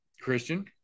Christian